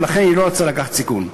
ולכן היא לא רצתה לקחת סיכון.